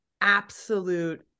absolute